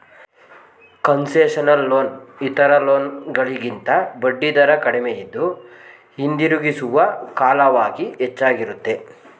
concessional loan ಇತರ loan ಗಳಿಗಿಂತ ಬಡ್ಡಿದರ ಕಡಿಮೆಯಿದ್ದು, ಹಿಂದಿರುಗಿಸುವ ಕಾಲವಾಗಿ ಹೆಚ್ಚಾಗಿರುತ್ತದೆ